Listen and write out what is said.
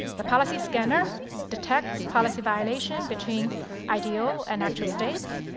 the policy scanner detects policy violation between ideal and actual states,